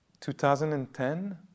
2010